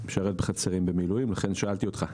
משרת בחצרים במילואים לכן שאלתי אותך.